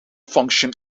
function